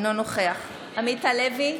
אינו נוכח עמית הלוי,